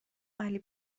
علی